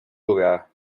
lugar